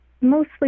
mostly